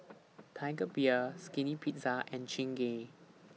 Tiger Beer Skinny Pizza and Chingay